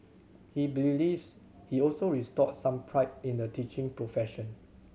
he believes he also restored some pride in the teaching profession